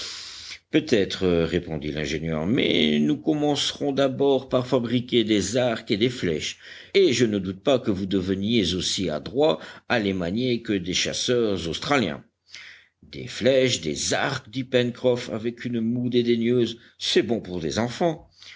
peut-être répondit l'ingénieur mais nous commencerons d'abord par fabriquer des arcs et des flèches et je ne doute pas que vous ne deveniez aussi adroits à les manier que des chasseurs australiens des flèches des arcs dit pencroff avec une moue dédaigneuse c'est bon pour des enfants